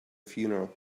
funeral